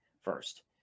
first